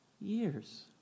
years